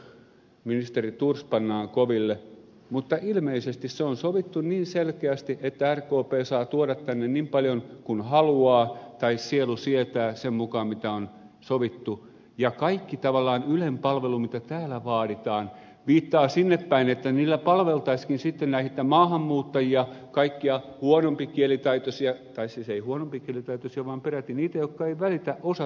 zyskowicz todisti että ministeri thors pannaan koville mutta ilmeisesti se on sovittu niin selkeästi että rkp saa tuoda tänne niin paljon kuin haluaa tai sielu sietää sen mukaan mitä on sovittu ja kaikki tavallaan ylen palvelu mitä täällä vaaditaan viittaa sinne päin että niillä palveltaisiinkin sitten näitä maahanmuuttajia kaikkia huonompikielitaitoisia tai ei siis huonompikielitaitoisia vaan peräti niitä jotka eivät edes välitä osata suomea